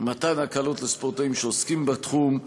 מתן הקלות לספורטאים שעוסקים בתחום,